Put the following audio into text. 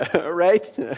right